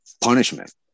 Punishment